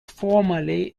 formerly